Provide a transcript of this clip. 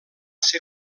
ser